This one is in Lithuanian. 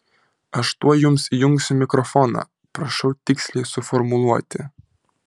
aš tuoj jums įjungsiu mikrofoną prašau tiksliai suformuluoti